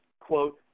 quote